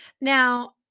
Now